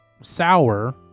sour